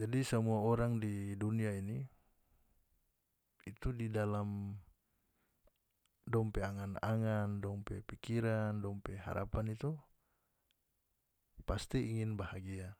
Jadi samua orang di dunia ini itu di dalam dong pe angan-angan dong pe pikiran dong pe harapan itu pasti ingin bahagia